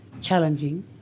challenging